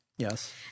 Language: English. Yes